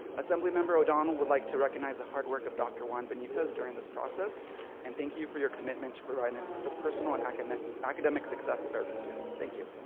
assembly member o'donnell would like to recognize the hard work of dr. juan benitez during this process and thank you for your commitment to providing the personal and academic academic success of every student. thank you.